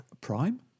Prime